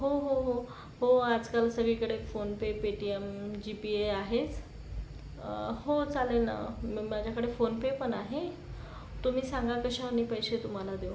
हो हो हो हो आजकाल सगळीकडे PhonePe Paytm GPay आहेच हो चालेल ना मग माझ्याकडे फोन पेपण आहे तुम्ही सांगा कशाने पैसे तुम्हाला देऊ